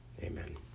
Amen